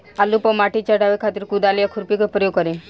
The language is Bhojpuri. आलू पर माटी चढ़ावे खातिर कुदाल या खुरपी के प्रयोग करी?